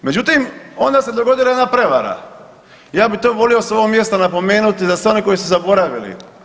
Međutim, onda se dogodila jedna prevara, ja bi to volio s ovog mjesta napomenuti za sve one koji su zaboravili.